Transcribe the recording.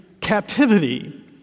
captivity